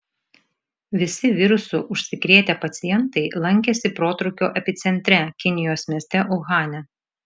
visi virusu užsikrėtę pacientai lankėsi protrūkio epicentre kinijos mieste uhane